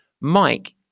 Mike